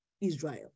Israel